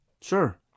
Sure